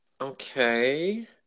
Okay